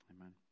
amen